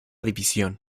división